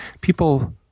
people